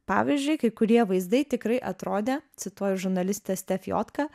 pavyzdžiui kai kurie vaizdai tikrai atrodė cituoju žurnalistę stefiotką